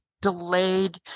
delayed